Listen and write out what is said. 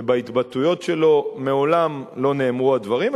ובהתבטאויות שלו מעולם לא נאמרו הדברים,